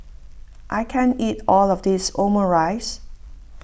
I can't eat all of this Omurice